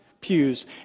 pews